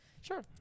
sure